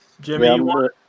Jimmy